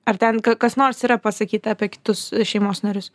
ar ten ka kas nors yra pasakyta apie kitus šeimos narius